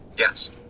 Yes